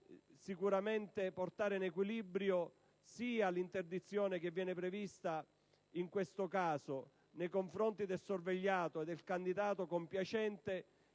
tale da portare in equilibrio l'interdizione prevista in questo caso nei confronti del sorvegliato e del candidato compiacente